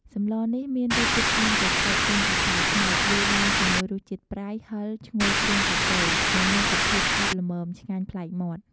សម្លនេះមានរសជាតិផ្អែមតិចៗ ចេញពីផ្លែត្នោត លាយឡំជាមួយរសជាតិប្រៃ ហឺរ ឈ្ងុយគ្រឿងកកូរ និងមានសភាពខាប់ល្មម ឆ្ងាញ់ប្លែកមាត់។